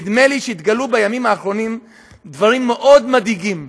נדמה לי שהתגלו בימים האחרונים דברים מאוד מדאיגים,